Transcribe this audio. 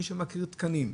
מי שמכיר תקנים,